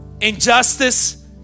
injustice